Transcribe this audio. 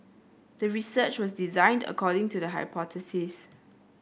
the research was designed according to the hypothesis